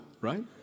right